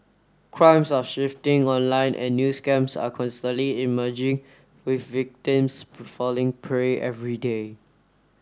crimes are shifting online and new scams are constantly emerging with victims falling prey every day